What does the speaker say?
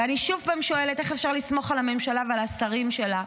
ואני שוב שואלת: איך אפשר לסמוך על הממשלה ועל השרים שלה,